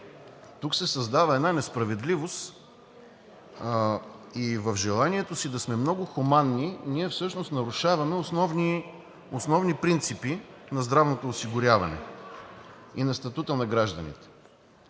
тук се създава една несправедливост. В желанието си да сме много хуманни, ние всъщност нарушаваме основни принципи на здравното осигуряване и на статута на гражданите.